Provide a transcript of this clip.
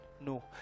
No